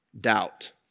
doubt